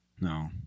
No